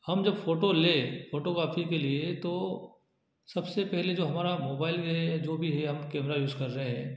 हम जब फोटो लें फोटोकापी के लिए तो सबसे पहले जो हमारा मोबाइल में है या जो भी है आप कैमरा यूज़ कर रहे हैं